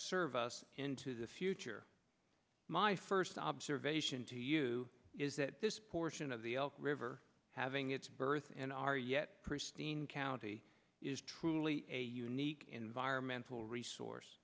us into the future my first observation to you is that this portion of the elk river having its birth in our yet pristine county is truly a unique environmental resource